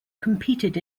competed